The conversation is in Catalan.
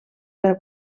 per